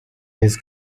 his